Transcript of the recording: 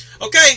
Okay